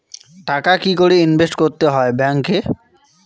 টাকা কি করে ইনভেস্ট করতে হয় ব্যাংক এ?